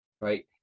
right